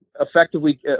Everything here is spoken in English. effectively